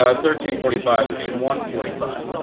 ah thirteen forty five would be one forty five.